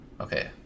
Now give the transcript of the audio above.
Okay